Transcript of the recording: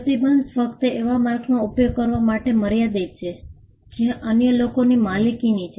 પ્રતિબંધ ફક્ત એવા માર્કનો ઉપયોગ કરવા માટે મર્યાદિત છે જે અન્ય લોકોની માલિકીની છે